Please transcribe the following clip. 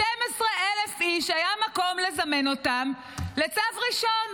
12,000 איש, היה מקום לזמן אותם לצו ראשון.